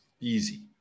easy